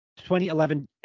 2011